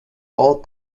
all